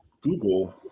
Google